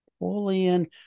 Napoleon